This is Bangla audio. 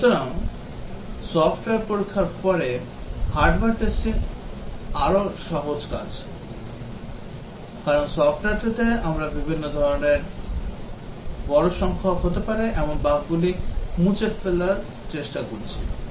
সুতরাং সফ্টওয়্যার পরীক্ষার পরে হার্ডওয়্যার টেস্টিং আরও সহজ কাজ কারণ সফ্টওয়্যারটিতে আমরা বিভিন্ন ধরণের বড় সংখ্যক হতে পারে এমন বাগগুলি মুছে ফেলার চেষ্টা করছি